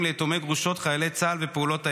ליתומי גרושות של חיילי צה"ל ופעולות האיבה.